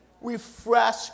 refresh